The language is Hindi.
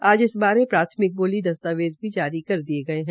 आज इस बारे प्राथमिक बोली दस्तावेज़ भी जारी कर दिये गये है